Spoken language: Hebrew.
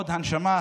עוד הנשמה,